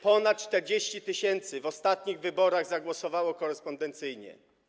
Ponad 40 tys. osób w ostatnich wyborach zagłosowało korespondencyjnie.